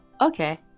okay